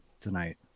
tonight